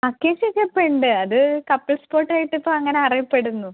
അക്കേഷ്യയൊക്കെ ഇപ്പുണ്ട് അത് കപ്പിൾ സ്പോർട്ടായിട്ട് ഇപ്പോൾ അങ്ങനെ അറിയപ്പെടുന്നു